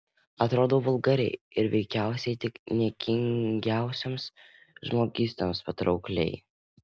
atrodau vulgariai ir veikiausiai tik niekingiausioms žmogystoms patraukliai